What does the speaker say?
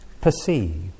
perceive